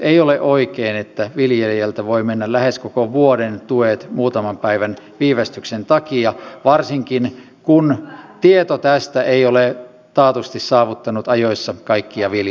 ei ole oikein että viljelijältä voivat mennä lähes koko vuoden tuet muutaman päivän viivästyksen takia varsinkin kun tieto tästä ei ole taatusti saavuttanut ajoissa kaikkia viljelijöitä